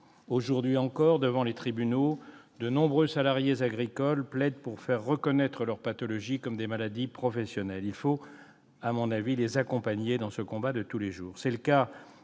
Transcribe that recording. Aujourd'hui encore, devant les tribunaux, de nombreux salariés agricoles plaident pour faire reconnaître leurs pathologies comme des maladies professionnelles. Il faut à mon avis les accompagner dans ce combat de tous les jours.